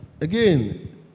again